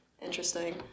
interesting